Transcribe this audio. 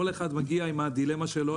כל אחד מגיע עם הדילמה שלו,